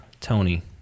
Tony